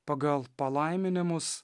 pagal palaiminimus